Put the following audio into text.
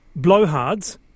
blowhards